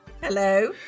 Hello